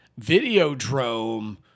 Videodrome